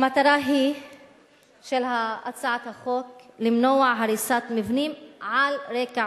מטרת הצעת החוק היא למנוע הריסת מבנים על רקע